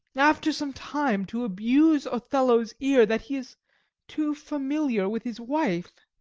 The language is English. after some time, to abuse othello's ear that he is too familiar with his wife